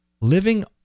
Living